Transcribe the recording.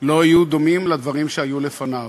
לא יהיו דומים לדברים שהיו לפניו.